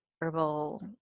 herbal